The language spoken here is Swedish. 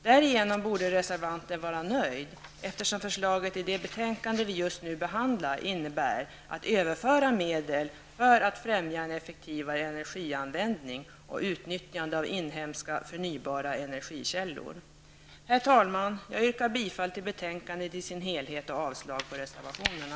Därigenom borde reservanten vara nöjd, eftersom förslaget i det betänkande vi just ju behandlar innebär att medel överförs för att främja effektivare energianvändning och utnyttjande av inhemska förnybara energikällor. Herr talman! Jag yrkar bifall till utskottets hemställan i sin helhet och avslag på reservationerna.